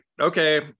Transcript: okay